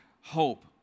hope